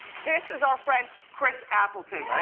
this is our friend chris appleton.